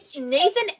Nathan